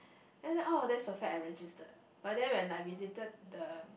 then oh that's perfect I registered but then when I visited the